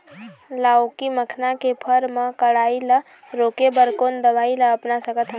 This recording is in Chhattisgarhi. लाउकी मखना के फर मा कढ़ाई ला रोके बर कोन दवई ला अपना सकथन?